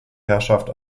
herrschaft